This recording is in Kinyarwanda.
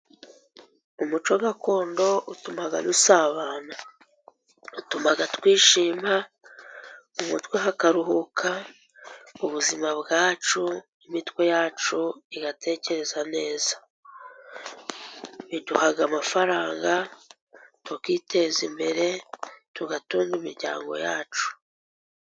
Umuco gakondo utuma dusabana. Utuma twishima, mu mutwe hakaruhuka, ubuzima bwacu n'imitwe yacu igatekereza neza. Biduha amafaranga tukiteza imbere, tugatunga n'imiryango yacu.